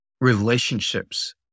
relationships